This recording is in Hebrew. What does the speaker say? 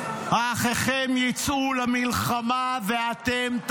האחיכם יצאו למלחמה ואתם תחרישון?